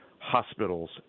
hospitals